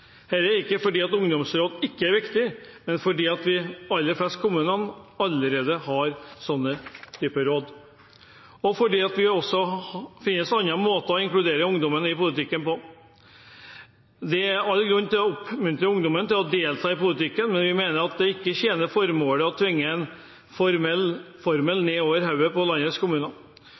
er ikke fordi ungdomsråd ikke er viktig, men fordi de aller fleste kommunene allerede har sånne typer råd, og fordi det også finnes andre måter å inkludere ungdommen i politikken på. Det er all grunn til å oppmuntre ungdommen til å delta i politikken, men vi mener at det ikke tjener formålet å tvinge en formell formel ned over hodet på landets kommuner.